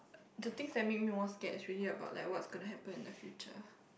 to things that made me more scared is really about like what's gonna happen in the future